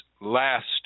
last